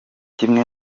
kimwe